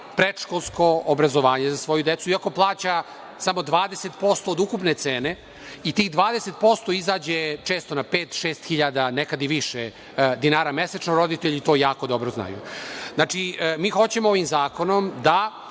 predškolsko obrazovanje za svoju decu, iako plaća samo 20% od ukupne cene. Tih 20% izađe često na pet, šest hiljada, a nekada i na više dinara mesečno. Roditelji to jako dobro znaju. Znači, mi hoćemo ovim zakonom da